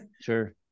sure